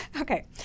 okay